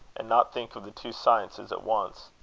and not think of the two sciences at once.